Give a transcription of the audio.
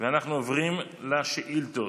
אנחנו עוברים לשאילתות.